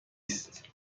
است